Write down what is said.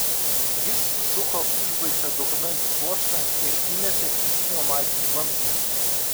jis susuko užbaigtą dokumentų pluoštą ir įmetė į pneumatinį vamzdį